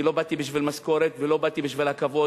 אני לא באתי בשביל משכורת ולא באתי בשביל הכבוד,